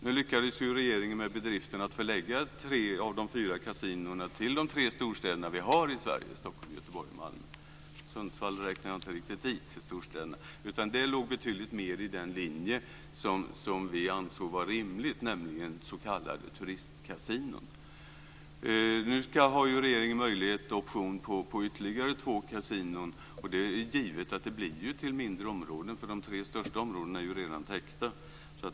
Nu lyckade regeringen med bedriften att förlägga tre av de fyra kasinona till de tre storstäder vi har i Sverige - Stockholm, Göteborg och Malmö. Jag räknar inte riktigt Sundsvall till storstäderna. Det ligger betydligt mer i den linje som vi ansåg vara rimlig, nämligen s.k. turistkasinon. Nu har regeringen option på ytterligare två kasinon. Det är givet att de blir placerade i mindre områden. De största områdena är redan täckta.